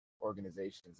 organizations